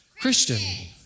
Christian